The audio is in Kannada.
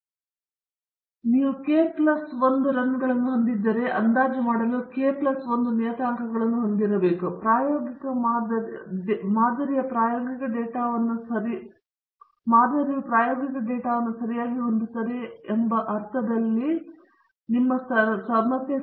ಆದ್ದರಿಂದ ನೀವು k ಪ್ಲಸ್ 1 ರನ್ಗಳನ್ನು ಹೊಂದಿದ್ದರೆ ಮತ್ತು ನೀವು ಅಂದಾಜು ಮಾಡಲು k ಪ್ಲಸ್ 1 ನಿಯತಾಂಕಗಳನ್ನು ಹೊಂದಿದ್ದರೆ ನಿಮ್ಮ ಮಾದರಿಯು ಪ್ರಾಯೋಗಿಕ ಡೇಟಾವನ್ನು ಸರಿಯಾಗಿ ಹೊಂದುತ್ತದೆ ಎಂಬ ಅರ್ಥದಲ್ಲಿ ನಿಮಗೆ ಸರಿಯಾದ ಸಮಸ್ಯೆ ಇದೆ